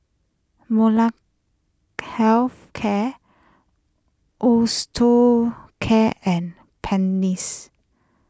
Health Care Osteocare and